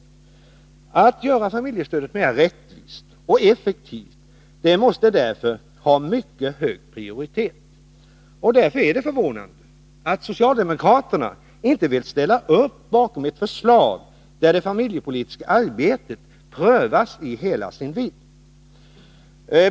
Arbetet med att göra familjestödet mera rättvist och effektivt måste därför prioriteras mycket högt. Det förvånar således att socialdemokraterna inte vill sluta upp bakom ett förslag, som innebär att det familjepolitiska arbetet prövas i hela sin vidd.